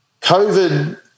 covid